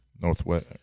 Northwest –